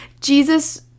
Jesus